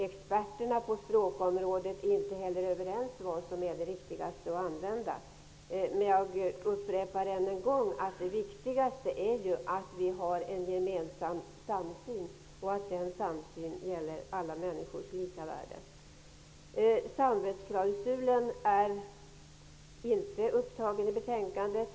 Experterna på språkområdet är inte överens om vilka formuleringar som är de riktigaste. Men jag upprepar än en gång att det viktigaste är att vi har en gemensam syn på alla människors lika värde. Samvetsklausulen har inte tagits upp i betänkandet.